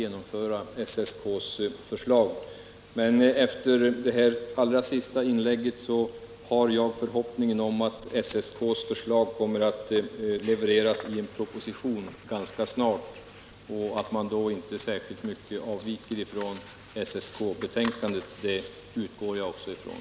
Men efter statsrådet Rodhes allra sista inlägg har jag förhoppningen att SSK:s förslag kommer att läggas till grund för en proposition ganska snart. Att man då inte avviker särskilt mycket från SSK-betänkandet utgår jag också ifrån.